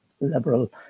liberal